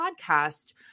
podcast